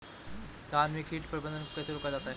धान में कीट प्रबंधन को कैसे रोका जाता है?